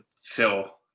fill